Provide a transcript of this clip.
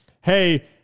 hey